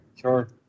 Sure